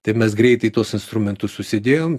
tai mes greitai tuos instrumentus susidėjom